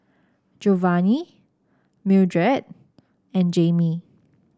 Jovani Mildred and Jamie